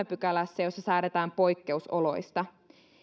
pykälässä jossa säädetään poikkeusoloista